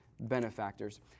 benefactors